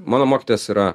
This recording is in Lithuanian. mano mokytojas yra